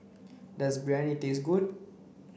does Biryani taste good